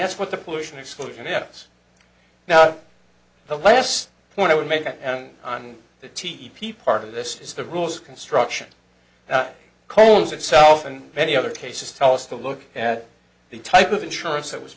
that's what the pollution exclusion yes now the last point i would make and on the t v e p part of this is the rules construction calls itself and many other cases tell us to look at the type of insurance that was